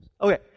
Okay